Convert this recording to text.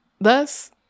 thus